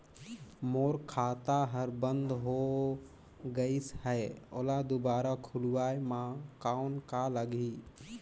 मोर खाता हर बंद हो गाईस है ओला दुबारा खोलवाय म कौन का लगही?